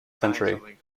century